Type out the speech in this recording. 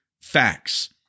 facts